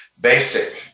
basic